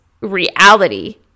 reality